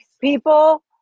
people